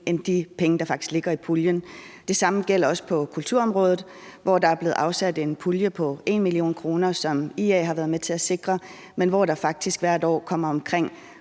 end det, der faktisk ligger i puljen. Det samme gælder også på kulturområdet, hvor der er blevet afsat en pulje på 1 mio. kr., som IA har været med til at sikre, men hvor der faktisk hvert år søges for omkring